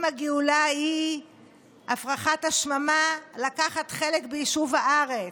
אם הגאולה היא הפרחת השממה, לקחת חלק ביישוב הארץ,